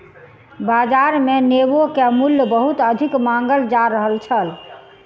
बाजार मे नेबो के मूल्य बहुत अधिक मांगल जा रहल छल